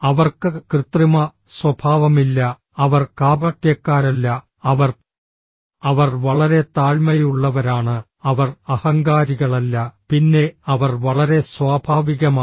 അവർക്ക് കൃത്രിമ സ്വഭാവമില്ല അവർ കാപട്യക്കാരല്ല അവർ അവർ വളരെ താഴ്മയുള്ളവരാണ് അവർ അഹങ്കാരികളല്ല പിന്നെ അവർ വളരെ സ്വാഭാവികമാണ്